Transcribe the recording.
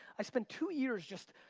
i spend two years just